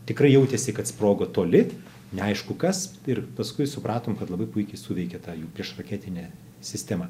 tikrai jautėsi kad sprogo toli neaišku kas ir paskui supratom kad labai puikiai suveikė ta jų priešraketinė sistema